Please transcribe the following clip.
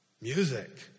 music